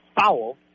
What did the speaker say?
foul